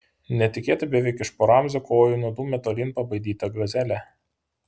netikėtai beveik iš po ramzio kojų nudūmė tolyn pabaidyta gazelė